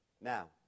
Now